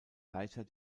leiter